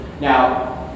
Now